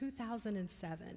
2007